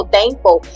thankful